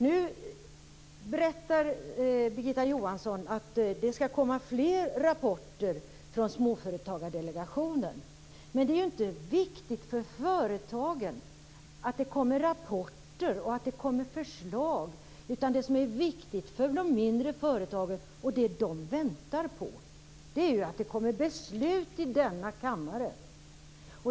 Nu berättar Birgitta Johansson att det skall komma fler rapporter från småföretagsdelegationen. Men det är ju inte viktigt för företagen att det kommer rapporter och förslag, utan det som är viktigt för de mindre företagen och vad de väntar på är ju att det skall komma beslut i denna kammare.